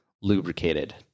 lubricated